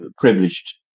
privileged